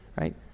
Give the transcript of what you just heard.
right